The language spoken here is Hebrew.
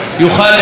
לפי בחירתו,